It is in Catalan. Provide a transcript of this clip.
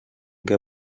què